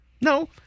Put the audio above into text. No